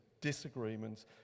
disagreements